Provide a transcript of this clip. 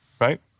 right